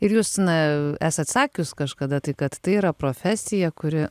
ir jūs na esat sakius kažkada tai kad tai yra profesija kuri